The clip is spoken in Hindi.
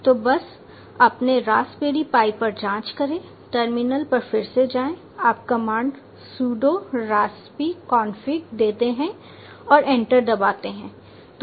तो बस अपने रास्पबेरी पाई पर जांच करें टर्मिनल पर फिर से जाएं आप कमांड pseudo raspi config देते हैं और एंटर दबाते हैं